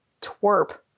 twerp